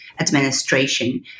administration